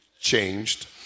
changed